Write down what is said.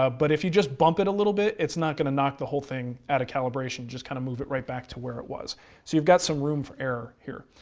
ah but if you just bump it a little bit it's not going to knock the whole thing out of calibration, just kind of move it right back to where it was. so you've got some room for error here.